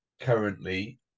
currently